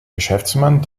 geschäftsmann